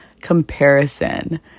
comparison